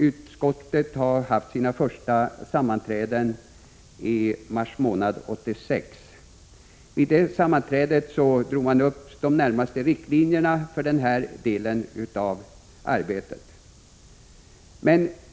Utskottet hade sitt första sammanträde i mars 1986. Vid detta sammanträde drog man upp riktlinjerna för utskottets närmast liggande uppgifter.